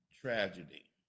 tragedy